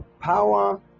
Power